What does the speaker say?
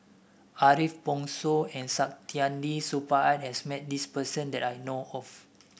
Ariff Bongso and Saktiandi Supaat has met this person that I know of